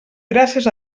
gràcies